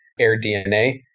AirDNA